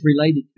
related